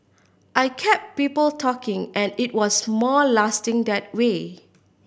I kept people talking and it was more lasting that way